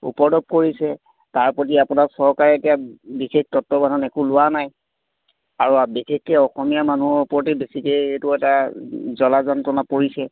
উপদ্ৰৱ কৰিছে তাৰ বদলি আপোনাক চৰকাৰে এতিয়া বিশেষ তত্ৱাৱধান একো লোৱা নাই আৰু বিশেষকৈ অসমীয়া মানুহৰ ওপৰতেই বেছিকৈ এইটো এটা জ্ৱালা যন্ত্ৰনা পৰিছে